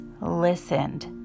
listened